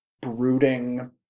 brooding